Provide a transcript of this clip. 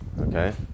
okay